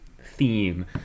theme